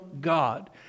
God